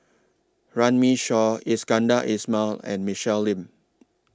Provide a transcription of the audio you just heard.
Runme Shaw Iskandar Ismail and Michelle Lim